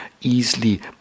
easily